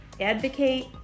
advocate